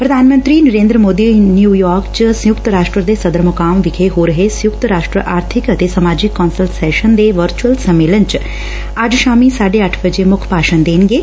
ਪ੍ਰਧਾਨ ਮੰਤਰੀ ਨਰੇਂਦਰ ਮੋਦੀ ਨਿਉਯਾਰਕ ਚ ਸੰਯੁਕਤ ਰਾਸ਼ਟਰ ਦੇ ਸਦਰ ਮੁਕਾਮ ਵਿਖੇ ਹੋ ਰਹੇ ਸੰਯੁਕਤ ਰਾਸ਼ਟਰ ਆਰਬਿਕ ਅਤੇ ਸਮਾਜਿਕ ਕੌਂਸਲ ਸੈਸ਼ਨ ਦੇ ਵਰਚੁਅਲ ਸੰਮੇਲਨ ਚ ਅੱਜ ਸ਼ਾਮੀ ਸਾਢੇ ਅੱਠ ਵਜੇ ਮੁੱਖ ਭਾਸ਼ਣ ਦੇਣਗੇ